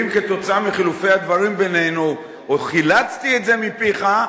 ואם כתוצאה מחילופי הדברים האלו עוד חילצתי את זה מפיך,